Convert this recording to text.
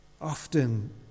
often